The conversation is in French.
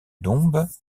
dombes